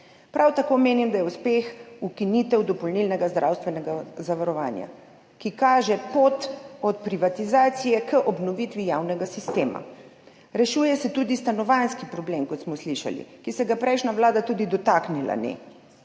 Prav tako menim, da je uspeh ukinitev dopolnilnega zdravstvenega zavarovanja, ki kaže pot od privatizacije k obnovitvi javnega sistema. Rešuje se tudi stanovanjski problem, kot smo slišali, ki se ga prejšnja vlada tudi dotaknila ni.